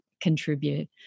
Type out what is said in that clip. contribute